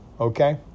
Okay